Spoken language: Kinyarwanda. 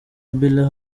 bella